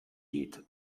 geht